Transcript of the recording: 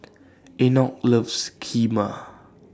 Enoch loves Kheema